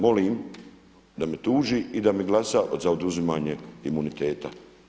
Molim da me tuži i da mi glasa za oduzimanje imuniteta.